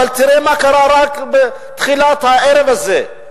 אבל תראה מה קרה רק בתחילת הערב הזה.